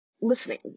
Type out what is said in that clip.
listening